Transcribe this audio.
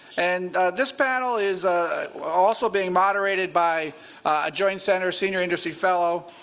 and this panel is ah also being moderated by a joint center senior industry fellow,